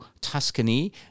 Tuscany